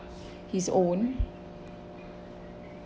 his own